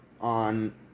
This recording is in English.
on